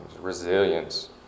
resilience